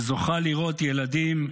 וזוכה לראות ילדים,